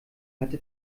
hatte